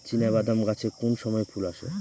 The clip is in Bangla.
চিনাবাদাম গাছে কোন সময়ে ফুল আসে?